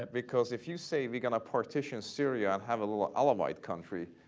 because if you say we're going to partition syria and have a little alawite country,